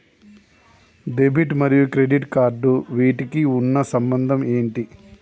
Debit మరియు credit cards వీటికి ఉన్న సంబంధం ఏంటి?